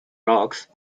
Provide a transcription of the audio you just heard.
rocks